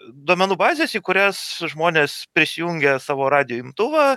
duomenų bazės į kurias žmonės prisijungę savo radijo imtuvą